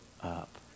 up